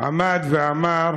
עמד ואמר: